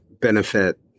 benefit